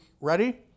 ready